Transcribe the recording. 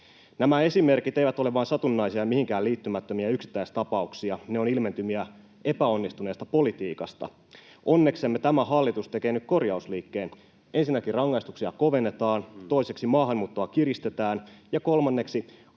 Nämä esimerkit eivät ole vain satunnaisia, mihinkään liittymättömiä yksittäistapauksia. Ne ovat ilmentymiä epäonnistuneesta politiikasta. Onneksemme tämä hallitus tekee nyt korjausliikkeen. Ensinnäkin rangaistuksia kovennetaan, toiseksi maahanmuuttoa kiristetään ja kolmanneksi